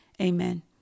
Amen